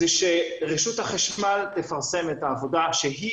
שרשות החשמל תפרסם את העבודה שהיא